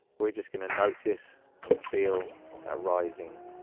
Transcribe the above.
we're just going to notice and feel that rising.